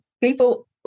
People